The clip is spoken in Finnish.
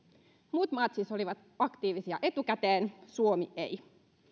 muut maat siis olivat aktiivisia etukäteen suomi ei